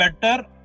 better